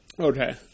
Okay